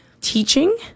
teaching